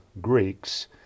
Greeks